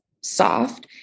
soft